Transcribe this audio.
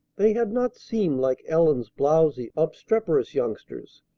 they had not seemed like ellen's blowsy, obstreperous youngsters,